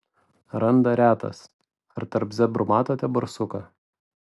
randa retas ar tarp zebrų matote barsuką